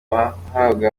bahabwaga